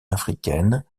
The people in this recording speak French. africaine